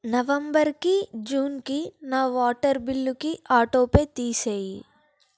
నవంబర్కి జూన్కి నా వాటర్ బిల్లుకి ఆటోపే తీసేయి